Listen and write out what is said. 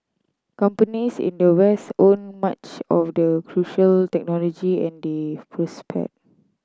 companies in the West owned much of the crucial technology and they prospered